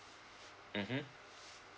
mmhmm